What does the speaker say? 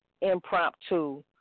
impromptu